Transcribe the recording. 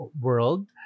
world